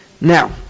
Now